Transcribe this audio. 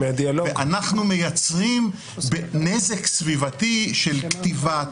ואנחנו מייצרים נזק סביבתי של כתיבה,